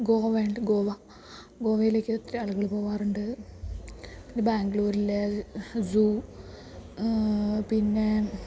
ഗോവയുണ്ട് ഗോവ ഗോവയിലേക്ക് ഒത്തിരി ആളുകൾ പോകാറുണ്ട് പിന്നെ ബാംഗ്ലൂരിൽ സൂ പിന്നെ